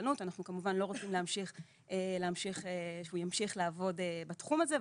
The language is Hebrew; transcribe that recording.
רשלנות אנחנו כמובן לא רוצים שהוא ימשיך לעבוד בתחום הזה,